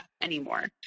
anymore